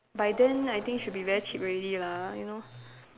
by then I think should be very cheap already lah you know